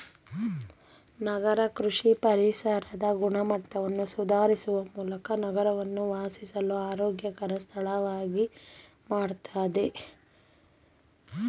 ನಗರ ಕೃಷಿ ಪರಿಸರದ ಗುಣಮಟ್ಟವನ್ನು ಸುಧಾರಿಸುವ ಮೂಲಕ ನಗರವನ್ನು ವಾಸಿಸಲು ಆರೋಗ್ಯಕರ ಸ್ಥಳವಾಗಿ ಮಾಡ್ತದೆ